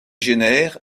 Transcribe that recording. génère